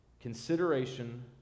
Consideration